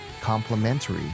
complementary